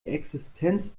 existenz